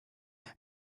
and